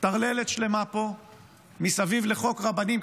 טרללת שלמה פה מסביב לחוק רבנים,